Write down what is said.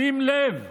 שים לב: